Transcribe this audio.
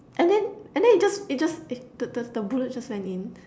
and then and then it just it just it the the bullet just went in